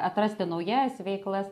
atrasti naujas veiklas